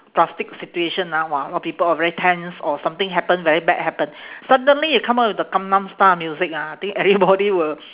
drastic situation ah !wah! a lot people are very tense or something happen very bad happen suddenly you come up with the gangnam style music ah I think everybody will